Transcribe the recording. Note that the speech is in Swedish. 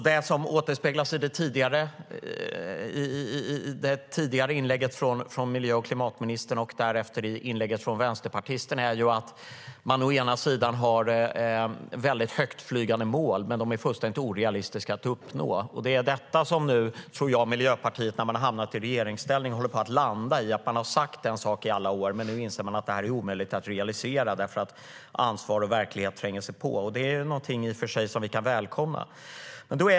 Det som återspeglas i det tidigare inlägget från miljö och klimatministern och därefter i inlägget från vänsterpartisten är att man har väldigt högtflygande mål, som är fullständigt orealistiska att uppnå. Det är detta som jag tror att Miljöpartiet nu, när man har hamnat i regeringsställning, håller på att landa i. Man har sagt en sak i alla år, men nu inser man att det blir omöjligt att realisera dem därför att ansvar och verklighet tränger sig på. Det kan vi i och för sig välkomna.